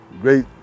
great